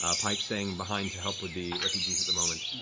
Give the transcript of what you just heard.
ah pike staying behind to help with the refugees at the moment.